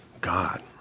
God